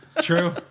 True